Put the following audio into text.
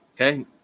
okay